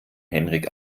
henrik